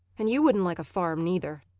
and you wouldn't like a farm, neither.